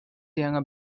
younger